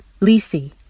LISI